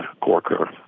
Corker